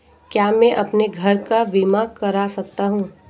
क्या मैं अपने घर का बीमा करा सकता हूँ?